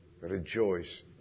rejoice